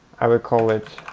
i will call it